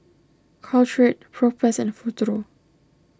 Caltrate Propass and Futuro